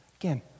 Again